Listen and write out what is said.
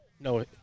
No